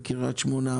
בקרית שמונה,